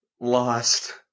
lost